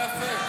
לא יפה?